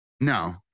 No